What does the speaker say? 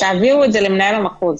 תעבירו את זה למנהל המחוז.